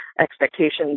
expectations